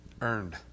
earned